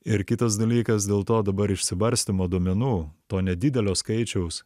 ir kitas dalykas dėl to dabar išsibarstymo duomenų to nedidelio skaičiaus